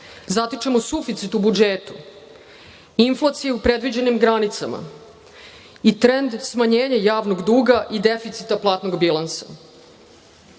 Zatičemo suficit u budžetu, inflaciju u predviđenim granicama i trend smanjenja javnog duga i deficita platnog bilansa.